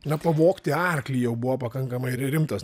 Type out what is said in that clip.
na pavogti arklį jau buvo pakankamai ri rimtas